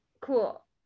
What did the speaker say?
Cool